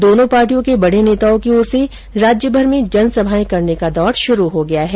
दोनों पार्टियों के बड़े नेताओं की ओर से राज्यभर में जनसभाएं करने का दौर शुरू हो गया है